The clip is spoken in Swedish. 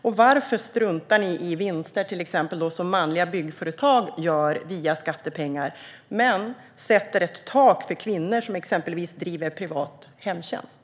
Och varför struntar ni i vinster som till exempel manliga byggföretag gör, via skattepengar, men sätter ett tak för kvinnor som exempelvis bedriver privat hemtjänst?